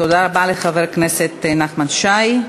תודה רבה לחבר הכנסת נחמן שי.